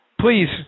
please